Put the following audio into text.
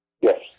Yes